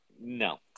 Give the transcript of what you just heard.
No